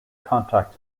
contact